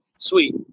Sweet